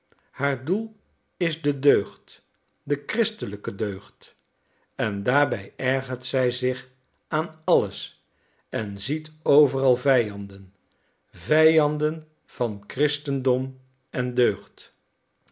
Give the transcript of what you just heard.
haar doel is de deugd de christelijke deugd en daarbij ergert zij zich aan alles en ziet overal vijanden vijanden van christendom en deugd